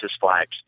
flags